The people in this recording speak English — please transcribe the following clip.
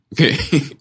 Okay